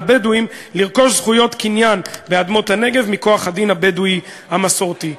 לבדואים לרכוש זכויות קניין באדמות הנגב מכוח הדין הבדואי המסורתי".